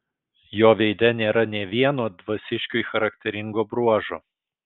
jo veide nėra nė vieno dvasiškiui charakteringo bruožo